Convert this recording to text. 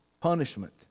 punishment